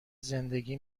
زندگی